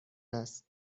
است